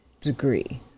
degree